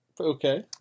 Okay